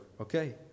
okay